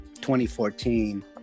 2014